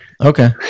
okay